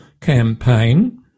campaign